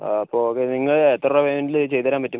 ആ അപ്പം ഓക്കെ നിങ്ങൾ എത്ര വേഗത്തിൽ ഇത് ചെയ്തുതരാൻ പറ്റും